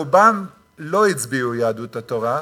רובם לא הצביעו יהדות התורה.